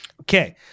Okay